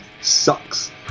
sucks